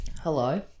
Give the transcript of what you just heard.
Hello